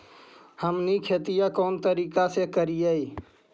हमनी खेतीया कोन तरीका से करीय?